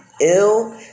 ill